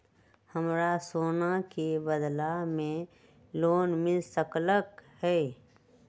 हमरा सोना के बदला में लोन मिल सकलक ह?